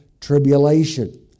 tribulation